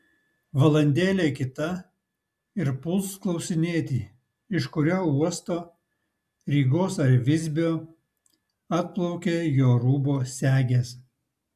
valandėlė kita ir puls klausinėti iš kurio uosto rygos ar visbio atplaukė jo rūbo segės